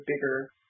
bigger